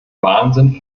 wahnsinn